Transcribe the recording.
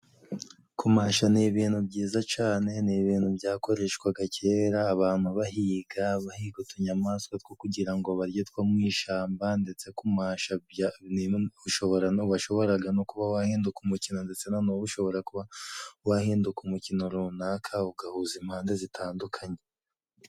Kumasha ni ibintu byiza cane，ni ibintu byakoreshwaga kera abantu bahiga， bahiga utunyamaswa two kugira ngo barye two mu ishyamba， ndetse kumasha washoboraga no kuba wahinduka umukino， ndetse na n’ubu ushobora kuba wahinduka umukino runaka，ugahuza impande zitandukanye.